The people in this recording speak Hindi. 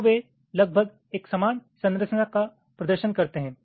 तो वे लगभग एक समान संरचना का प्रदर्शन करते हैं